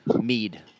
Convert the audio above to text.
mead